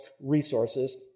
resources